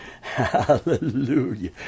Hallelujah